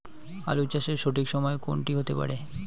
আলু চাষের সঠিক সময় কোন টি হতে পারে?